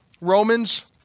Romans